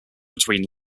between